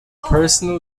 personal